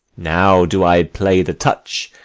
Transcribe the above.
now do i play the touch,